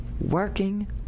working